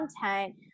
content